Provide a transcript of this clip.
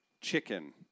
chicken